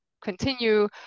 continue